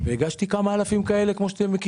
והגשתי כמה אלפים כאלה כפי שאתם יודעים